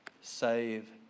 save